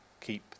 keep